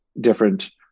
different